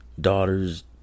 daughters